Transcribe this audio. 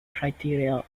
criteria